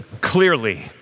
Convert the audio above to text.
clearly